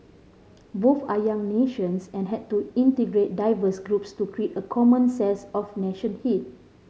both are young nations and had to integrate diverse groups to create a common sense of